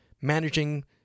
managing